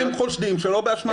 הם חושדים שלא באשמתם.